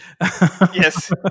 Yes